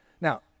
Now